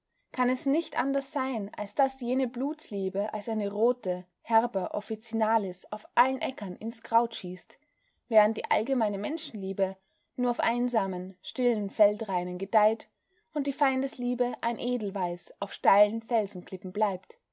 kann es nicht anders sein als daß jene blutsliebe als eine rote herba officinalis auf allen äckern ins kraut schießt während die allgemeine menschenliebe nur auf einsamen stillen feldrainen gedeiht und die feindesliebe ein edelweiß auf steilen felsenklippen bleibt